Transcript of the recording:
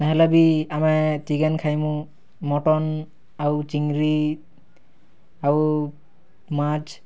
ନେଇ ହେଲେ ବି ଆମେ ଚିକେନ୍ ଖାଏମୁ ମଟନ୍ ଆଉ ଚିଙ୍ଗରି୍ ଆଉ ମାଛ୍